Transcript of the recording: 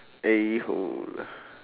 A hole